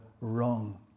wrong